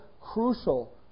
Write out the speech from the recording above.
crucial